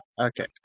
Okay